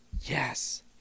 Yes